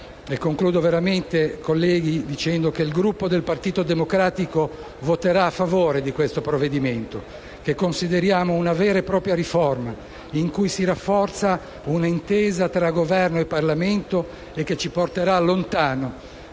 contesto delle missioni internazionali. Il Gruppo del Partito Democratico voterà a favore di questo provvedimento, che consideriamo una vera e propria riforma, in cui si rafforza un'intesa tra Governo e Parlamento e che ci porterà lontano,